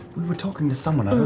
you were talking to someone,